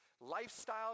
lifestyle